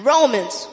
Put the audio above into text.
Romans